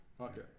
Okay